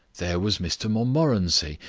there was mr montmorency,